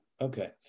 Okay